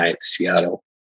Seattle